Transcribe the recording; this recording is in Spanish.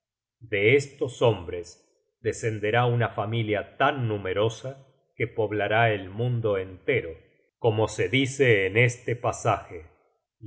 de estos hombres descenderá una familia tan numerosa que poblará el mundo entero como se dice en este pasaje